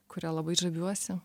kuriuo labai žaviuosi